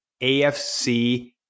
AFC